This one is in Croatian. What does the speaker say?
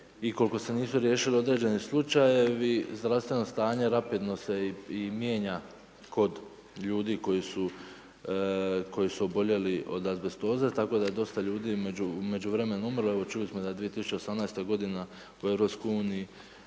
i koliko se nisu riješile određeni slučajevi zdravstveno stanje rapidno se i mijenja kod ljudi koji su oboljeli od azbestoze tako da dosta je ljudi u međuvremenu umrlo. Evo čuli smo da je 2018. godina u